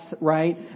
right